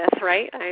right